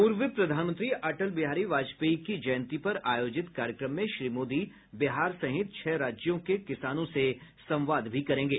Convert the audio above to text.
पूर्व प्रधानमंत्री अटल बिहारी वाजपेयी की जयंती पर आयोजित कार्यक्रम में श्री मोदी बिहार सहित छह राज्यों के किसानों से संवाद भी करेंगे